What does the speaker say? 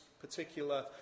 particular